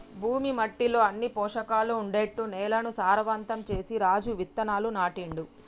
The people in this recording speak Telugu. భూమి మట్టిలో అన్ని పోషకాలు ఉండేట్టు నేలను సారవంతం చేసి రాజు విత్తనాలు నాటిండు